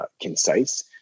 concise